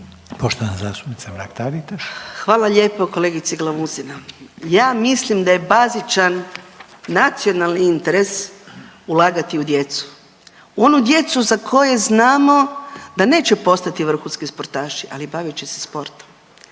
**Mrak-Taritaš, Anka (GLAS)** Hvala lijepo kolegice Glamuzina. Ja mislim da je bazičan nacionalni interes ulagati u djecu, u onu djecu za koje znamo da neće postati vrhunski sportaši, ali bavit će se sportom.